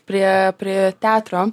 prie prie teatro